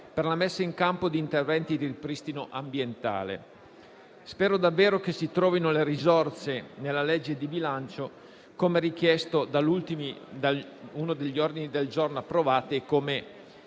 per la messa in campo di interventi di ripristino ambientale. Spero davvero che si trovino le risorse nella legge di bilancio, come richiesto da uno degli ordini del giorno approvati e com'è